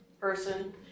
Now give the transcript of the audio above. person